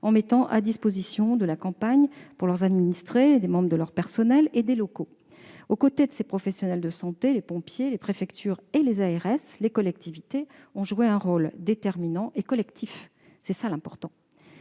en mettant à disposition de la campagne vaccinale, pour leurs administrés, des membres de leur personnel et des locaux. Aux côtés des professionnels de santé, les pompiers, les préfectures, les agences régionales de santé et les collectivités ont joué un rôle déterminant et collectif. C'est cela, l'important.